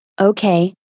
Okay